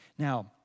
Now